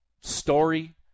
story